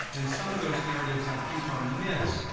and some of those narratives, i think are myths.